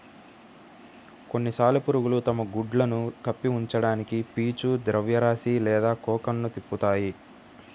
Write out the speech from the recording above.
కొన్ని సాలెపురుగులు తమ గుడ్లను కప్పి ఉంచడానికి పీచు ద్రవ్యరాశి లేదా కోకన్ను తిప్పుతాయి